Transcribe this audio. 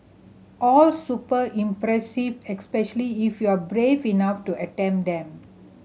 all super impressive especially if you are brave enough to attempt them